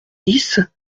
dix